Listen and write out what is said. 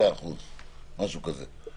משהו כזה.